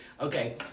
Okay